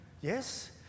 yes